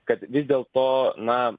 kad vis dėlto na